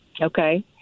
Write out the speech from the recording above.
okay